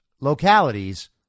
localities